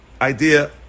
idea